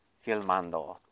filmando